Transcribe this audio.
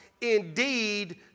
indeed